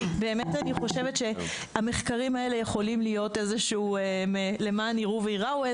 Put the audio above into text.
כי באמת אני חושבת שהמחקרים האלה יכולים להיות למען יראו וייראו,